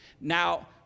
Now